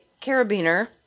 carabiner